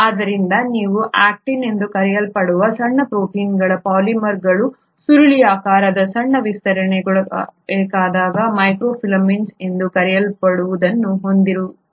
ಆದ್ದರಿಂದ ನೀವು ಆಕ್ಟಿನ್ ಎಂದು ಕರೆಯಲ್ಪಡುವ ಸಣ್ಣ ಪ್ರೊಟೀನ್ಗಳ ಪಾಲಿಮರ್ಗಳ ಸುರುಳಿಯಾಕಾರದ ಸಣ್ಣ ವಿಸ್ತರಣೆಗಳಾದ ಮೈಕ್ರೊಫಿಲಮೆಂಟ್ಸ್ ಎಂದು ಕರೆಯಲ್ಪಡುವದನ್ನು ಹೊಂದಿರುತ್ತೀರಿ